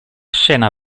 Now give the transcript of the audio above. scena